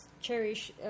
cherish